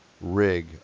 rig